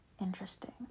interesting